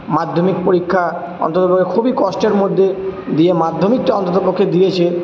মাধ্যমিক পরীক্ষা অন্তত পক্ষে খুবই কষ্টের মধ্যে দিয়ে মাধ্যমিকটা অন্ততপক্ষে দিয়েছে